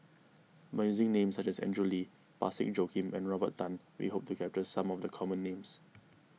by using names such as Andrew Lee Parsick Joaquim and Robert Tan we hope to capture some of the common names